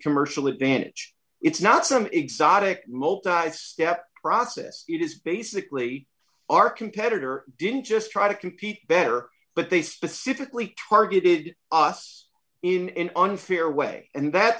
commercial advantage it's not some exotic motorized step process it is basically our competitor didn't just try to compete better but they specifically targeted us in unfair way and that